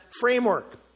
framework